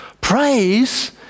Praise